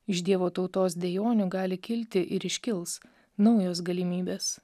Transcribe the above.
iš dievo tautos dejonių gali kilti ir iškils naujos galimybės